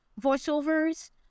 voiceovers